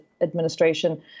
administration